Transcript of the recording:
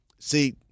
See